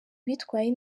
bitwaye